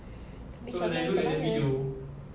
abeh macam mana macam mana